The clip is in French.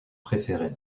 préféré